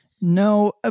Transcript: No